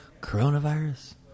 coronavirus